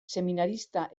seminarista